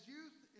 Youth